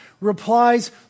replies